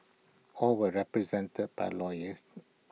all were represented by lawyers